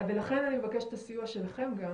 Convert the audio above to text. ולכן אני אבקש את הסיוע שלכם גם